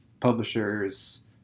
publishers